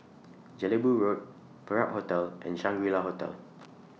Jelebu Road Perak Hotel and Shangri La Hotel